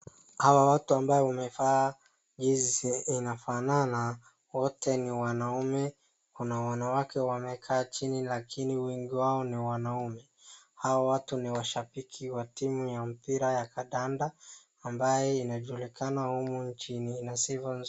Hawa watu ambao wamevaa jezi inafanana wote ni wanaume. Kuna wanawake wamekaa chini lakini wengi wao ni wanaume. Hao watu ni washambiki wa timu ya mpira ya kadada ambaye inajulikana humu nchini, ina sifa nzuri.